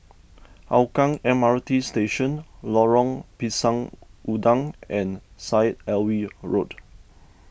Hougang M R T Station Lorong Pisang Udang and Syed Alwi Road